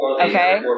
Okay